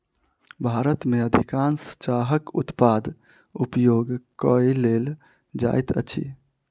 भारत में अधिकाँश चाहक उत्पाद उपयोग कय लेल जाइत अछि